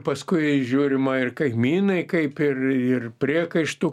paskui žiūrima ir kaimynai kaip ir ir priekaištų